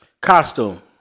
Costume